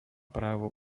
právo